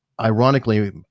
ironically